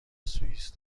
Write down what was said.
سوئیس